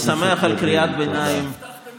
אתם מפנים ולמה לא מפנים כמו שהבטחתם,